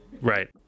Right